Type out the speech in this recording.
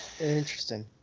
Interesting